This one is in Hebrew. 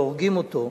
והורגים אותו.